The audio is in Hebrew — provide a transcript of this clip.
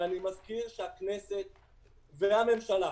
ואני מזכיר שהכנסת והממשלה,